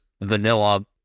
vanilla